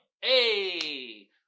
Hey